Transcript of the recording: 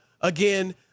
again